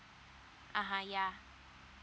uh !huh! yeah